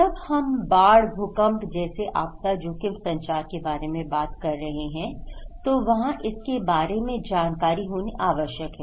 जब हम बाढ़ भूकंप जैसे आपदा जोखिम संचार के बारे में बात कर रहे हैं तो वहां इसके बारे में जानकारी होनी आवश्यक है